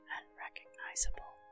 unrecognizable